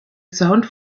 sound